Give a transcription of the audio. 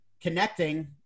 connecting